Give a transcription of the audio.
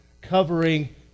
covering